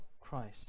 Christ